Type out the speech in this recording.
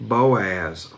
Boaz